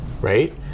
Right